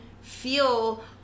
feel